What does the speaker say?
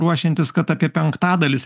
ruošiantis kad apie penktadalis